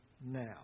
now